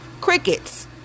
crickets